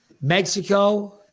Mexico